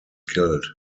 killed